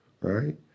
right